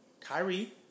Kyrie